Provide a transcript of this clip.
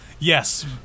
Yes